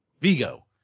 Vigo